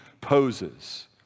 poses